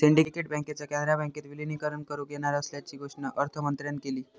syndicate बँकेचा कॅनरा बँकेत विलीनीकरण करुक येणार असल्याची घोषणा अर्थमंत्र्यांन केली